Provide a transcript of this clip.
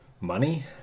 Money